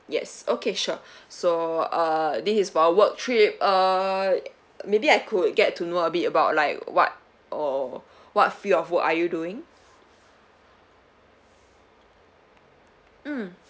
yes okay sure so uh this is for work trip uh maybe I could get to know a bit about like what or what field of work are you doing mm